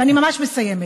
ואני ממש מסיימת.